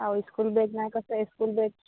আৰু school bag নাই কৈছে স্কুল বেগ